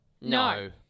No